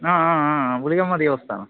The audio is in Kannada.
ಹಾಂ ಹಾಂ ಹಾಂ ಉಳಿಗಮ್ಮ ದೇವಸ್ಥಾನ